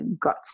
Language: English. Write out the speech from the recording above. got